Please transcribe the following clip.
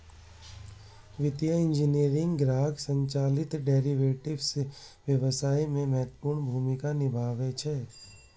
वित्तीय इंजीनियरिंग ग्राहक संचालित डेरेवेटिव्स व्यवसाय मे महत्वपूर्ण भूमिका निभाबै छै